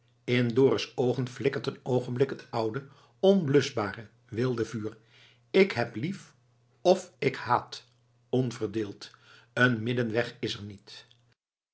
in dorus oogen flikkert een oogenblik het oude onbluschbare wilde vuur ik heb lief of ik haat onverdeeld een middenweg is er niet